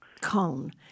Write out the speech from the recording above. cone